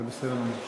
זה בסדר.